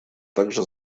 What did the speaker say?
также